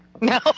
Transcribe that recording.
No